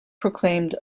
proclaimed